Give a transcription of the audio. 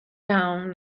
down